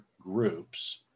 groups